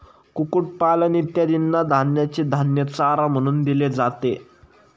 कुक्कुटपालन इत्यादींना धान्याचे धान्य चारा म्हणून दिले जाते